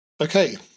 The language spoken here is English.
Okay